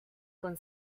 con